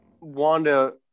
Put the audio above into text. Wanda